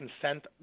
consent